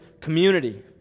community